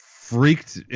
freaked